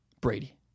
Brady